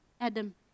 Adam